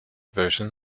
version